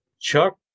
Chuck